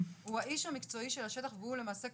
הוא האיש המקצועי של השטח והוא למעשה,